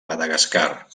madagascar